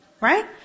Right